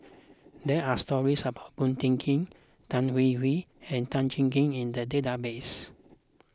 there are stories about Ko Teck Kin Tan Hwee Hwee and Tan Cheng Kee in the database